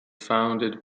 founded